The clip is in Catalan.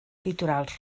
litorals